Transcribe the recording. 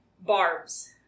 Barb's